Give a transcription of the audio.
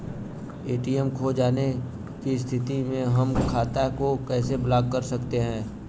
ATM खो जाने की स्थिति में हम खाते को कैसे ब्लॉक कर सकते हैं?